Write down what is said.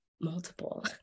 multiple